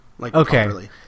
Okay